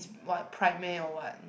what pride meh or what